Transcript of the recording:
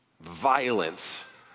violence